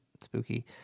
Spooky